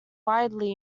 widely